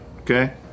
Okay